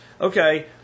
okay